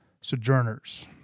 sojourners